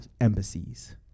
embassies